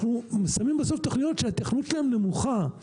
אנחנו שמים בסוף תכניות שההיתכנות שלהן נמוכה.